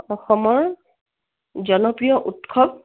অসমৰ জনপ্ৰিয় উৎসৱ